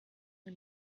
mir